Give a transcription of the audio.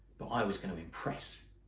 but i was going to impress.